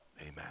Amen